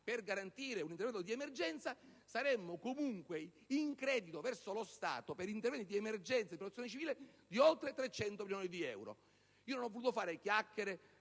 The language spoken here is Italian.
per garantire un intervento di emergenza, saremmo comunque in credito verso lo Stato per interventi di emergenza di protezione civile di oltre 300 milioni di euro. Non ho voluto fare chiacchiere,